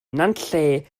nantlle